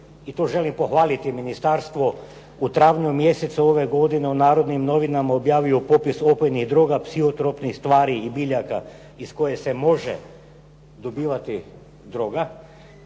i to želim pohvaliti ministarstvo u travnju mjesecu ove godine u Narodnim novinama objavio potpis opojnih droga, …/Govornik se ne razumije./… tvari i biljaka iz koje se može dobivati droga,